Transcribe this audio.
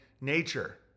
nature